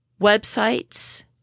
websites